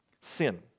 sin